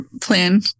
plan